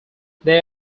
they